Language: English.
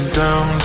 down